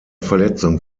verletzung